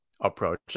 approach